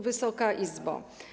Wysoka Izbo!